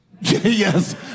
Yes